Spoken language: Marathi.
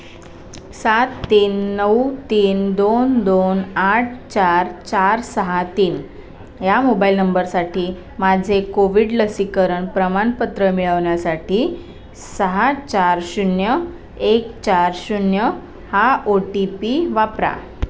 सात तीन नऊ तीन दोन दोन आठ चार चार सहा तीन या मोबाईल नंबरसाठी माझे कोविड लसीकरण प्रमाणपत्र मिळवण्यासाठी सहा चार शून्य एक चार शून्य हा ओ टी पी वापरा